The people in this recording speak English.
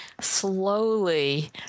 slowly